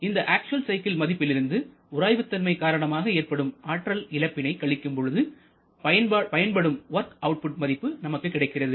இந்த actual cycle மதிப்பிலிருந்து உராய்வு தன்மை காரணமாக ஏற்படும் ஆற்றல் இழப்பினை கழிக்கும்பொழுது பயன்படும் வொர்க் அவுட்புட் மதிப்பு நமக்கு கிடைக்கிறது